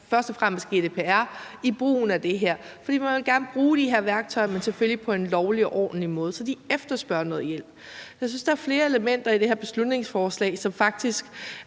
først og fremmest GDPR, i brugen af det her. For man vil gerne bruge de her værktøjer, men selvfølgelig på en lovlig og ordentlig måde. Så de efterspørger noget hjælp. Jeg synes, der er flere elementer i det her beslutningsforslag, som faktisk